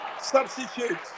substitute